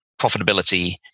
profitability